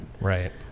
right